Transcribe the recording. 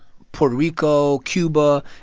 puerto rico, cuba.